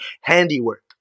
handiwork